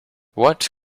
what